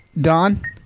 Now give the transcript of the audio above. Don